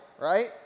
right